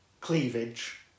cleavage